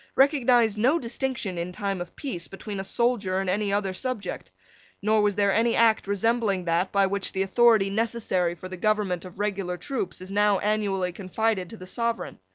recognised no distinction, in time of peace, between a soldier and any other subject nor was there any act resembling that by which the authority necessary for the government of regular troops is now annually confided to the sovereign.